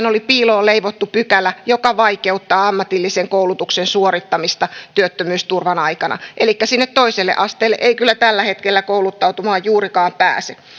oli piiloon leivottu pykälä joka vaikeuttaa ammatillisen koulutuksen suorittamista työttömyysturvan aikana elikkä sinne toiselle asteelle ei kyllä tällä hetkellä kouluttautumaan juurikaan pääse